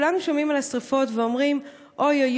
כולנו שומעים על השרפות ואומרים: אוי,